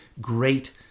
great